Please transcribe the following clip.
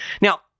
Now